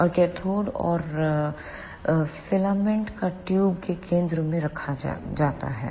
और कैथोड और फिलामेंट को ट्यूब के केंद्र में रखा जाता है